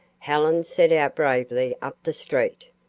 helen set out bravely up the street.